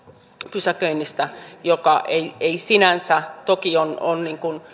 pysäköinnistä joka sinänsä toki on on